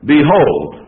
Behold